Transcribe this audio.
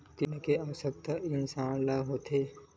ऋण के आवश्कता कइसे इंसान ला होथे?